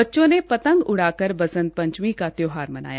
बच्चों ने पंतग उड़ाकर बसंत पंचमी का त्यौहार मनाया